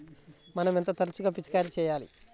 మనం ఎంత తరచుగా పిచికారీ చేయాలి?